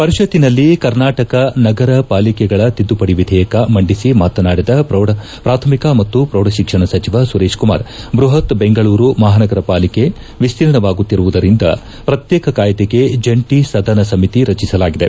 ಪರಿಷತ್ತಿನಲ್ಲಿ ಕರ್ನಾಟಕ ನಗರ ಪಾಲಿಕೆಗಳ ತಿದ್ಲುಪಡಿ ವಿಧೇಯಕ ಮಂಡಿಸಿ ಮಾತನಾಡಿದ ಪ್ರಾಥಮಿಕ ಮತ್ತು ಪೌಢಶಿಕ್ಷಣ ಸಚಿವ ಸುರೇತ್ ಕುಮಾರ್ ಬೃಪತ್ ಬೆಂಗಳೂರು ಮಹಾನಗರ ಪಾಲಿಕೆ ವಿಸ್ತೀರ್ಣವಾಗುತ್ತಿರುವುದರಿಂದ ಪ್ರತ್ಯೇಕ ಕಾಯ್ದೆಗೆ ಜಂಟಿ ಸದನ ಸಮಿತಿ ರಚಿಸಲಾಗಿದೆ